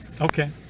okay